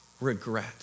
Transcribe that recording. regret